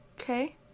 Okay